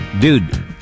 Dude